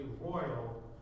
royal